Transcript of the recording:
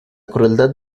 crueldad